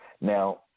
Now